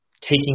taking